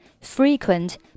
frequent